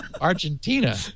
Argentina